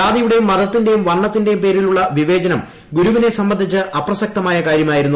ജാതിയുടേയും മതത്തിന്റേയും വർണത്തിന്റേയും പേരിലുള്ള വിവേചനം ഗുരുവിനെ സംബന്ധിച്ച് അപ്രസക്തമായ കാര്യമായിരുന്നു